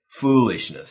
foolishness